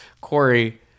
Corey